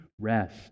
rest